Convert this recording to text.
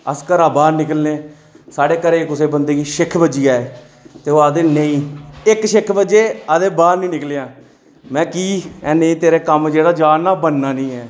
अस घरा बाह्र निकलने साढ़े घरै दे कुसै बंदे गी शेक्क बज्जी जाए ते ओह् आखदे नेईं इक्क शेक्क बज्जे आखदे बाह्र नीं निकलेआं मैहां की एह् नीं तेरा कम्म जेह्ड़े जा नां ओह् बनना नीं ऐ